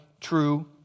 true